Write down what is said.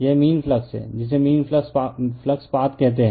यह mean flux है जिसे मीन फ्लक्स पाथ कहते हैं